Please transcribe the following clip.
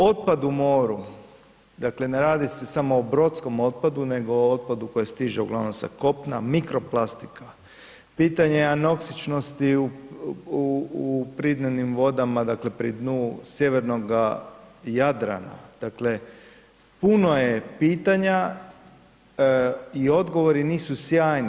Otpad u moru, dakle ne radi se samo o brodskom otpadu nego o otpadu koje stiže uglavnom sa kopna, mikroplastika, pitanje je anoksičnosti u pridodnim vodama, dakle pri dnu sjevernoga Jadrana, dakle puno je pitanja i odgovori nisu sjajni.